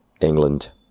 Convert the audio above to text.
England